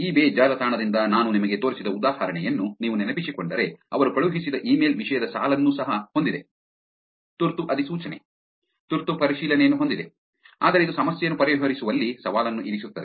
E ಬೇ ಜಾಲತಾಣದಿಂದ ನಾನು ನಿಮಗೆ ತೋರಿಸಿದ ಉದಾಹರಣೆಯನ್ನು ನೀವು ನೆನಪಿಸಿಕೊಂಡರೆ ಅವರು ಕಳುಹಿಸಿದ ಇಮೇಲ್ ವಿಷಯದ ಸಾಲನ್ನು ಸಹ ಹೊಂದಿದೆ ತುರ್ತು ಅಧಿಸೂಚನೆ ತುರ್ತು ಪರಿಶೀಲನೆಯನ್ನು ಹೊಂದಿದೆ ಆದರೆ ಇದು ಸಮಸ್ಯೆಯನ್ನು ಪರಿಹರಿಸುವಲ್ಲಿ ಸವಾಲನ್ನು ಇರಿಸುತ್ತದೆ